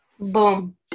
boom